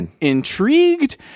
intrigued